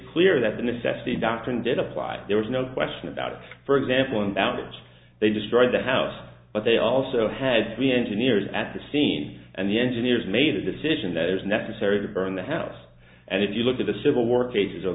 clear that the necessity doctrine did apply there was no question about for example an outage they destroyed the house but they also had the engineers at the scene and the engineers made a decision that is necessary to burn the house and if you look at the civil war cases o